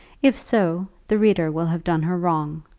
if so, the reader will have done her wrong,